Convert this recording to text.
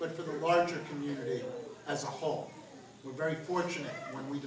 but for the larger community as a whole we're very fortunate when we